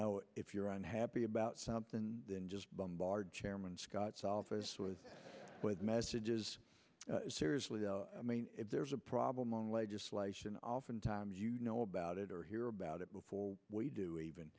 something if you're unhappy about something then just bombard chairman scott's office with messages seriously i mean if there's a problem on legislation oftentimes you know about it or hear about it before we do even